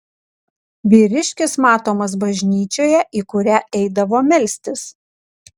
vyriškis matomas bažnyčioje į kurią eidavo melstis